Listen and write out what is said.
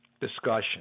discussion